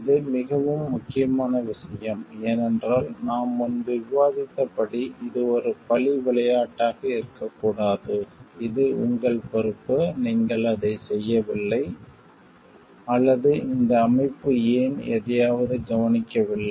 இது மிகவும் முக்கியமான விஷயம் ஏனென்றால் நாம் முன்பு விவாதித்தபடி இது ஒரு பழி விளையாட்டாக இருக்கக்கூடாது இது உங்கள் பொறுப்பு நீங்கள் அதைச் செய்யவில்லை அல்லது இந்த அமைப்பு ஏன் எதையாவது கவனிக்கவில்லை